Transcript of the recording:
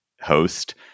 host